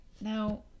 now